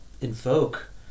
invoke